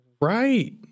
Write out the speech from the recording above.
Right